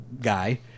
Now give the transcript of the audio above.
guy